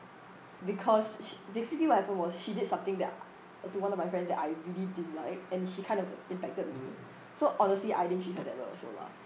because sh~ basically what happened was she did something that i~ to one of my friends that I really didn't like and she kind of impacted me so honestly I didn't treat her that well also lah